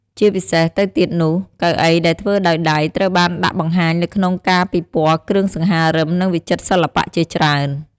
ជាពិសេសទៅទៀតនោះ កៅអីដែលធ្វើដោយដៃត្រូវបានដាក់បង្ហាញនៅក្នុងការពិព័រណ៍គ្រឿងសង្ហារឹម និងវិចិត្រសិល្បៈជាច្រើន។